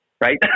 right